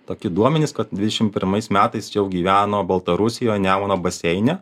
tokie duomenys kad dvidešimt pirmais metais čia jau gyveno baltarusijoj nemuno baseine